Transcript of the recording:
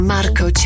Marco